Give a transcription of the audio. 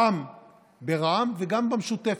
גם ברע"מ וגם במשותפת,